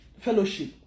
fellowship